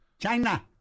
China